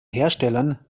herstellern